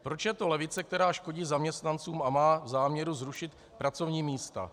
Proč je to levice, která škodí zaměstnancům a má záměr zrušit pracovní místa?